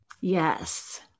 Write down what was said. Yes